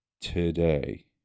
today